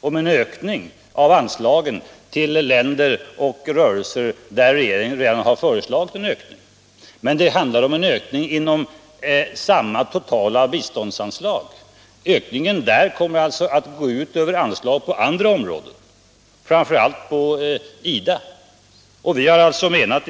om en ökning av anslagen till länder och rörelser för vilka regeringen redan har föreslagit en ökning. Det handlar dessutom om en ökning inom samma totala biståndsanslag. Den av socialdemokraterna föreslagna ökningen kommer därför att gå ut över anslag till andra områden, framför allt anslaget till IDA.